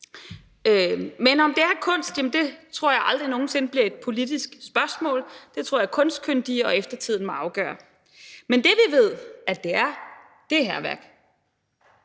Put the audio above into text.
her. Om det er kunst, tror jeg aldrig nogen sinde bliver et politisk spørgsmål. Det tror jeg at kunstkyndige og eftertiden må afgøre. Men det, som vi ved det er, er hærværk.